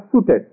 suited